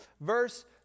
verse